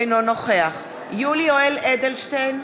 אינו נוכח יולי יואל אדלשטיין,